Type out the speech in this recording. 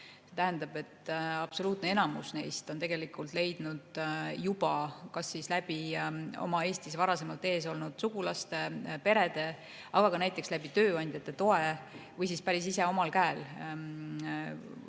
See tähendab, et absoluutne enamik neist on tegelikult leidnud juba kas Eestis varasemalt ees olnud sugulaste, perede, samuti näiteks tööandjate kaudu või siis päris ise, omal käel